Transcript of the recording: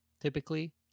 typically